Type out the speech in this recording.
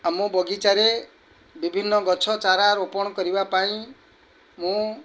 ଆମ ବଗିଚାରେ ବିଭିନ୍ନ ଗଛ ଚାରା ରୋପଣ କରିବା ପାଇଁ ମୁଁ